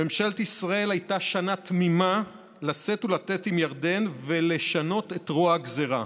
לממשלת ישראל הייתה שנה תמימה לשאת ולתת עם ירדן ולשנות את רוע הגזרה,